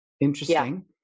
Interesting